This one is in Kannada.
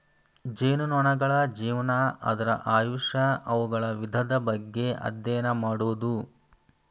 ಜೇನುನೊಣಗಳ ಜೇವನಾ, ಅದರ ಆಯುಷ್ಯಾ, ಅವುಗಳ ವಿಧದ ಬಗ್ಗೆ ಅದ್ಯಯನ ಮಾಡುದು